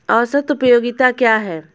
औसत उपयोगिता क्या है?